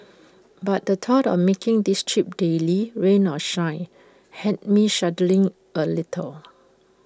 but the thought of making this trip daily rain or shine had me shuddering A little